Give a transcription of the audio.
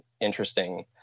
interesting